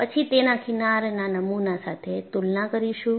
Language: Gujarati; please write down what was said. પછી તેના કિનારના નમુના સાથે તુલના કરીશું